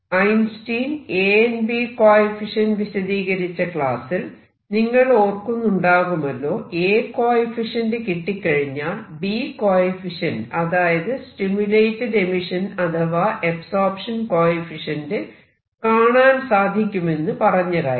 "Einstein A B coefficient" വിശദീകരിച്ച ക്ലാസ്സിൽ നിങ്ങൾ ഓർക്കുന്നുണ്ടാകുമല്ലോ A കോയെഫിഷ്യന്റ് കിട്ടിക്കഴിഞ്ഞാൽ B കോയെഫിഷ്യന്റ് അതായത് സ്റ്റിമുലേറ്റഡ് എമിഷൻ അല്ലെങ്കിൽ അബ്സോർപ്ഷൻ കോയെഫിഷ്യന്റ് കാണാൻ സാധിക്കുമെന്ന് പറഞ്ഞ കാര്യം